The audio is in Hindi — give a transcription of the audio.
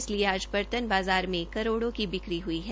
इसलिए आज बर्तन बाज़ार में करोड़ो की बिक्री हुई है